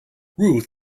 ruth